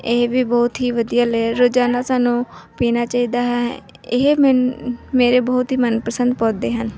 ਇਹ ਵੀ ਬਹੁਤ ਹੀ ਵਧੀਆ ਰੋਜ਼ਾਨਾ ਸਾਨੂੰ ਪੀਣਾ ਚਾਹੀਦਾ ਹੈ ਇਹ ਮੈਨ ਮੇਰੇ ਬਹੁਤ ਹੀ ਮਨਪਸੰਦ ਪੌਦੇ ਹਨ